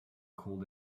cold